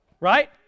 right